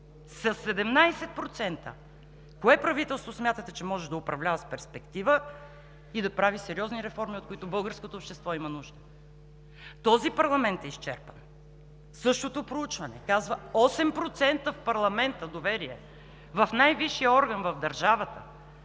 Със 17% кое правителство смятате, че може да управлява с перспектива и да прави сериозни реформи, от които българското общество има нужда?! Този парламент е изчерпан. Същото проучване казва: 8% доверие в парламента, в най-висшия орган в държавата!